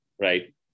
Right